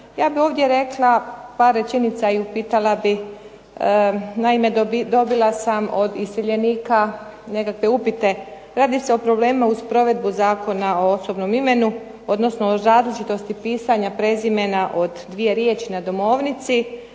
Ja bih ovdje rekla par rečenica i upitala bih, naime dobila sam od iseljenika nekakve upite. Radi se o problemu uz provedbu Zakona o osobnom imenu odnosno o različitosti pisanja prizemna od dvije riječi na domovnici,